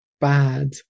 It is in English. bad